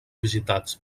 visitats